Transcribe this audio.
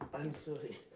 i'm sorry.